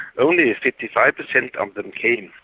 only fifty five percent of them came.